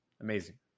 amazing